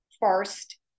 first